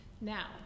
Now